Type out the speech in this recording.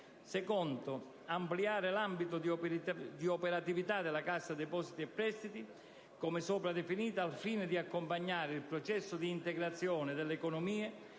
necessario ampliare l'ambito di operatività della Cassa depositi e prestiti come prima definito, al fine di accompagnare il processo di integrazione delle economie